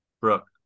Brooke